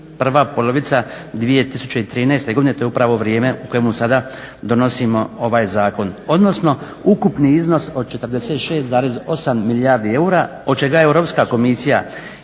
prva polovica 2013. godine to je upravo vrijeme u kojemu sada donosimo ovaj zakon, odnosno ukupni iznos od 46,8 milijardi eura od čega je Europska komisija